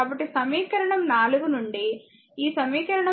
కాబట్టి సమీకరణం 4 నుండి ఈ సమీకరణం 4 నుండి